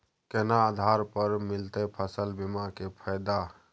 केना आधार पर मिलतै फसल बीमा के फैदा?